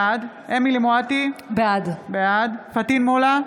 בעד אמילי חיה מואטי, בעד פטין מולא,